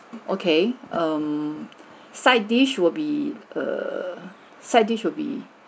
okay um side dish would be err side dish would be